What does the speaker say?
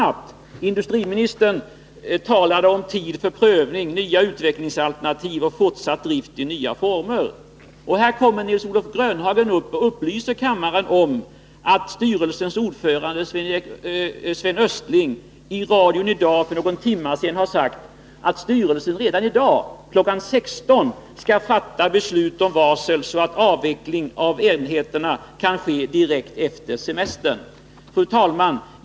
Industriministern talade om tid för prövning, nya utvecklingsalternativ och fortsatt drift i nya former. Nu upplyser Nils-Olof Grönhagen kammaren om att styrelsens ordförande Sven Östling för någon timme sedan sade i radion att styrelsen redan kl. 16.00 i dag skall fatta beslut om varsel, så att en avveckling av enheterna kan ske direkt efter semestern. Fru talman!